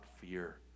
fear